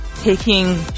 taking